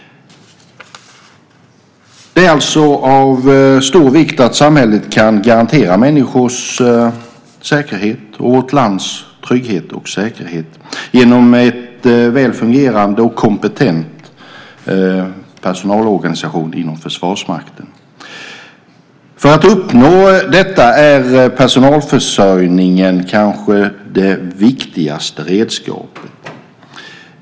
Det är alltså av stor vikt att samhället kan garantera människors och vårt lands trygghet och säkerhet genom en väl fungerande och kompetent personalorganisation inom Försvarsmakten. För att uppnå detta är personalförsörjningen kanske det viktigaste redskapet.